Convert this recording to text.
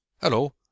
Hello